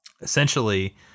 essentially